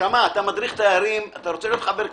נשמה, אתה מדריך תיירים, אתה רוצה להיות חבר כנסת,